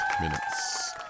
minutes